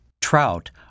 Trout